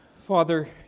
Father